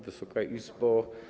Wysoka Izbo!